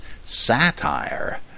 satire